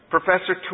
Professor